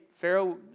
Pharaoh